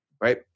right